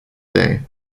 day